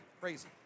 Crazy